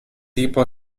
tipo